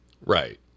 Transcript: Right